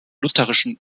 lutherischen